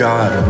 God